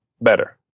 better